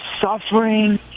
suffering